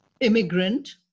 immigrant